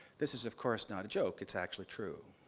this is, of course, not a joke. it's actually true.